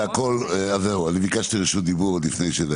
זהו, אני ביקשתי רשות דיבור עוד לפני שזה.